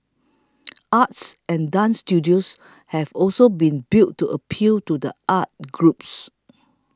arts and dance studios have also been built to appeal to the arts groups